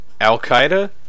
Al-Qaeda